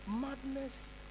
madness